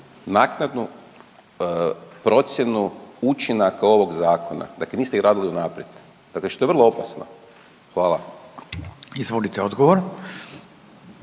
naknadnu procjenu učinaka ovog zakona, dakle niste ih radili unaprijed, dakle što je vrlo opasno. Hvala. **Radin, Furio